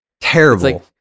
terrible